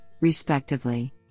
respectively